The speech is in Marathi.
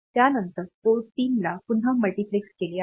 त्यानंतर पोर्ट 3 ला पुन्हा मल्टिप्लेक्सड केले आहे